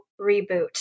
reboot